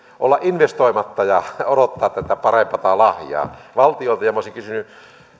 olla investoimatta ja odottaa tätä parempaa lahjaa valtiolta olisin kysynyt